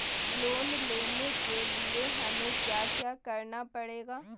Loan लेने के लिए हमें क्या क्या करना पड़ेगा?